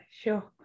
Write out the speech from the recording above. sure